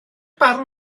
barn